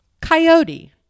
coyote